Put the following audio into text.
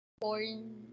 porn